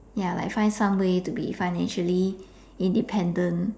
ya like find some way to be financially independent